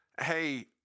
hey